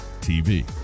TV